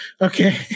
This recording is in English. okay